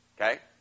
okay